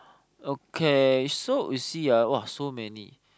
okay so you see ah !wah! so many